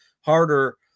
harder